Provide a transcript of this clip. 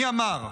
מי אמר: